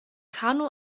kanu